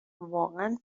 واقعا